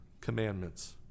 commandments